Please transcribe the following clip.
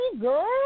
girl